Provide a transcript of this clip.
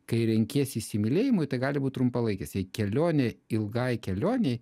kai renkiesi įsimylėjimui tai gali būt trumpalaikis jei kelionė ilgai kelionei